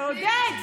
אתה יודע את זה.